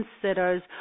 considers